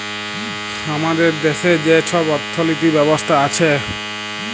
আমাদের দ্যাশে যে ছব অথ্থলিতি ব্যবস্থা আছে